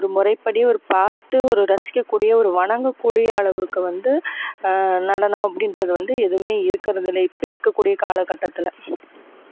ஒருமுறைப்படி ஒரு பார்த்து ஒரு ரசிக்கக்கூடிய ஒரு வணங்கக்கூடிய அளவுக்கு வந்து நடனம் அப்படின்றது வந்து எதுவுமே இருக்கிறதில்லை இப்போ இருக்கக்கூடிய காலக்கட்டத்தில்